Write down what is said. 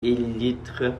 élytres